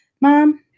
Mom